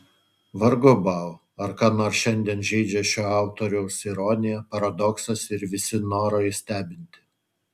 vargu bau ar ką nors šiandien žeidžia šio autoriaus ironija paradoksas ir visi norai stebinti